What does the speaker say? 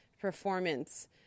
performance